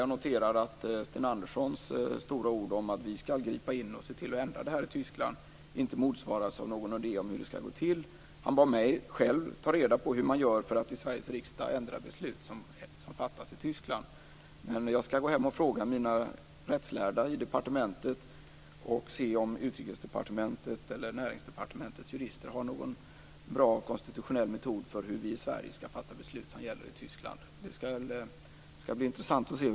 Jag noterar att Sten Anderssons stora ord om att vi skall gripa in och se till att detta ändras i Tyskland inte motsvaras av någon idé om hur det skall gå till. Han bad mig att ta reda på hur man gör för att i Sveriges riksdag ändra beslut som fattas i Tyskland. Jag skall gå hem och fråga mina rättslärda i departementet och se om Utrikesdepartementets eller Näringsdepartementets jurister har någon bra konstitutionell metod för hur vi i Sverige skall fatta beslut som gäller i Tyskland. Det skall bli intresssant att se.